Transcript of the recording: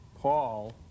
Paul